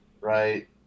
right